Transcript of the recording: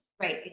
Right